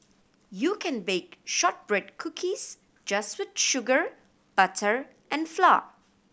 you can bake shortbread cookies just with sugar butter and flour